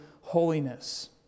holiness